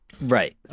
Right